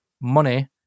money